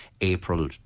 April